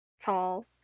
tall